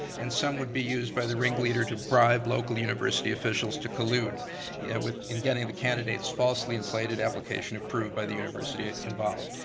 and some would be used by the ringleader to bribe local university officials to collude yeah in getting the candidates falsely inflated application approved by the university ah involved.